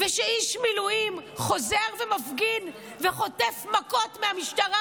וכשאיש מילואים חוזר ומפגין וחוטף מכות מהמשטרה,